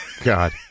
God